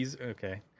Okay